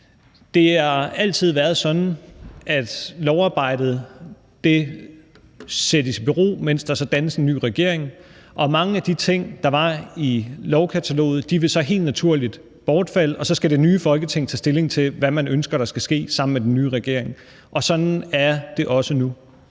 Det har altid været sådan, at lovarbejdet sættes i bero, mens der dannes en ny regering, og mange af de ting, der var i lovkataloget, vil så helt naturligt bortfalde, og så skal det nye Folketing sammen med den nye regering tage stilling til, hvad man ønsker der skal ske. Sådan er det også nu.